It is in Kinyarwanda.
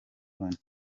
loni